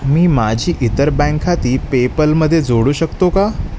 मी माझी इतर बँक खाती पेपलमध्ये जोडू शकतो का